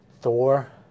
Thor